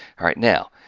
all right! now,